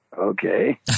okay